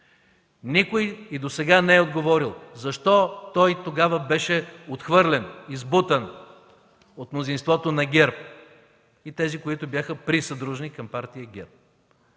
Никой и досега не е отговорил защо той тогава беше отхвърлен, избутан от мнозинството на ГЕРБ и тези, които бяха присъдружни към партия ГЕРБ.